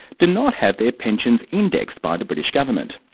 do not have their pensions indexed by the british government.